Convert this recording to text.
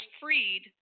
freed